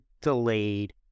delayed